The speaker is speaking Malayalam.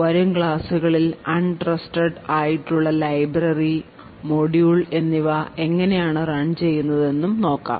വരും ക്ലാസ്സുകളിൽ അൺ ട്രസ്റ്റഡ് ആയിട്ടുള്ള ലൈബ്രറി മൊഡ്യൂൾ എന്നിവ എങ്ങനെയാണു റൺ ചെയ്യുന്നതെന്നും നോക്കാം